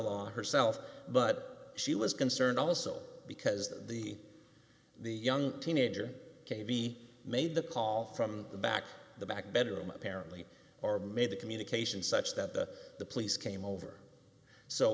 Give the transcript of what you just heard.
law herself but she was concerned also because the the young teenager kavi made the call from the back the back bedroom apparently or made the communication such that the police came over so